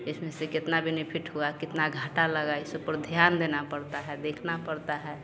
इसमें से कितना बेनिफिट हुआ कितना घाटा लगा इस सब पर ध्यान देना पड़ता है देखना पड़ता है